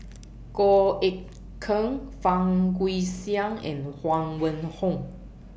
Goh Eck Kheng Fang Guixiang and Huang Wenhong